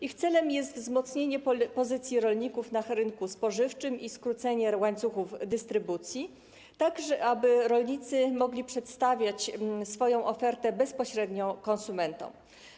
Ich celem jest wzmocnienie pozycji rolników na rynku spożywczym i skrócenie łańcuchów dystrybucji, tak aby rolnicy mogli przedstawiać swoją ofertę bezpośrednio konsumentom.